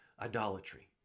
idolatry